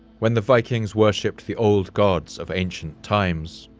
when the vikings worshiped the old gods of ancient times.